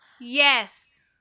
Yes